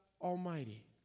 Almighty